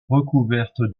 recouverte